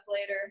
later